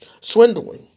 swindling